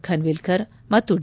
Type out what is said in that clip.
ಖಾನ್ವಿಲ್ಕರ್ ಮತ್ತು ಡಿ